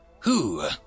who